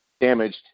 damaged